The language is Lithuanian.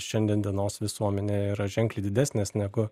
šiandien dienos visuomenę yra ženkliai didesnės negu